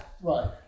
Right